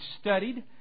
studied